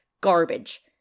Garbage